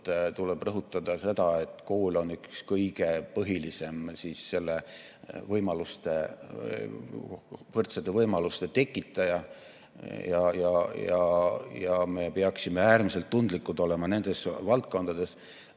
tuleb rõhutada seda, et kool on üks kõige põhilisemaid võrdsete võimaluste tekitajaid. Me peaksime äärmiselt tundlikud olema nendes valdkondades.